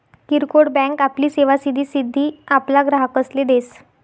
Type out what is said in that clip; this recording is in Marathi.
किरकोड बँक आपली सेवा सिधी सिधी आपला ग्राहकसले देस